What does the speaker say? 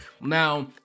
Now